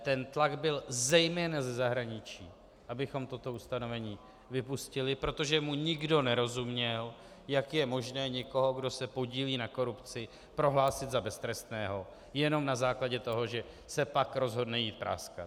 Ten tlak byl zejména ze zahraničí, abychom toto ustanovení vypustili, protože mu nikdo nerozuměl: Jak je možné někoho, kdo se podílí na korupci, prohlásit za beztrestného jenom na základě toho, že se pak rozhodne jít práskat.